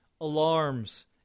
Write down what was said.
alarms